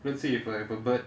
let's say if I have a bird